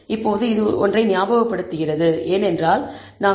இப்போது இது ஒன்றை ஞாபகப்படுத்த வேண்டும் ஏனென்றால் நாம்